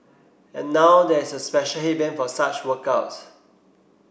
and now there is a special headband for such workouts